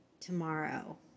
tomorrow